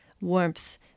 warmth